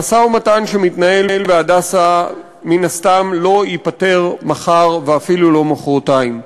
המשא-ומתן שמתנהל ב"הדסה" מן הסתם לא ייפתר מחר ואפילו לא מחרתיים.